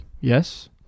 yes